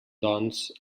doncs